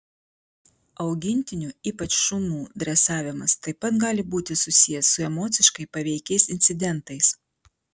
augintinių ypač šunų dresavimas taip pat gali būti susijęs su emociškai paveikiais incidentais